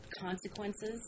consequences